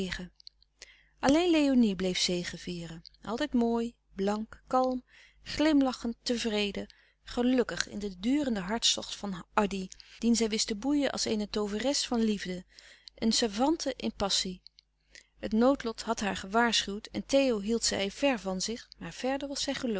alleen léonie bleef zegevieren altijd mooi blank kalm glimlachend tevreden gelukkig in den durenden hartstocht van addy dien zij wist te boeien als eene tooveres van liefde een savante in passie het noodlot had haar gewaarschuwd en theo hield zij ver van zich maar verder was zij